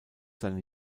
seine